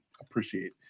appreciate